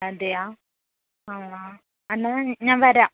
അതെയാ ആ ആ ആ എന്നാൽ ഞാൻ വരാം